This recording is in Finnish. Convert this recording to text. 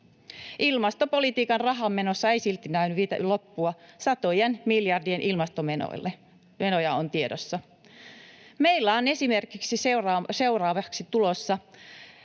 Ilmastopolitiikan rahanmenossa ei silti näy vielä mitään loppua satojen miljardien ilmastomenoille. Menoja on tiedossa. Meillä on seuraavaksi tulossa